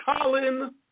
Colin